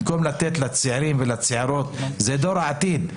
במקום לתת לצעירים ולצעירות שזה דור העתיד,